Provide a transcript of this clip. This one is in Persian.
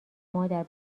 مادر